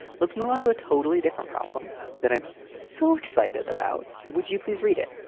let's move on to a totally different problem that i'm so excited about. would you please read it?